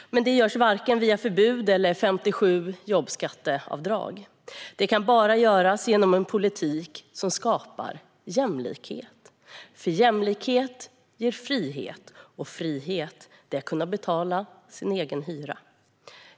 Men det görs varken via förbud eller femtiosju jobbskatteavdrag. Det kan bara göras genom en politik som skapar jämlikhet. För jämlikhet ger frihet, och frihet är att kunna betala sin egen hyra.